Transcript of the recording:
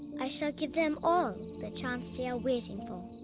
i shall give them all the chance they are waiting for.